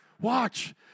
Watch